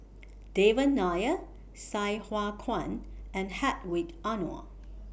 Devan Nair Sai Hua Kuan and Hedwig Anuar